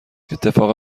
اتفاق